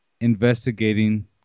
Investigating